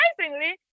Surprisingly